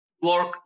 work